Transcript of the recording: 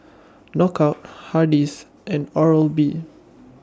Knockout Hardy's and Oral B